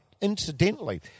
Incidentally